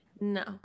no